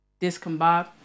Discombob